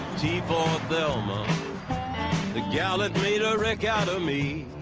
t for thelma the gal that made a wreck out of me.